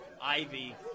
Ivy